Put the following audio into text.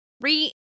re